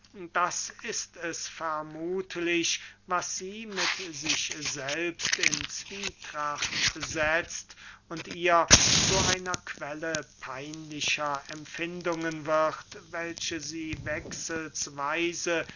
das ist es vermuthlich was sie mit sich selbst in zwietracht setzt und ihr zu einer quelle peinlicher empfindungen wird welche sie